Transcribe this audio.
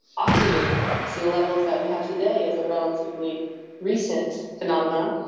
oxygen to the levels that we have today is a relatively recent phenomenon,